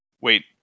Wait